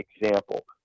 example